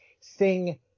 Sing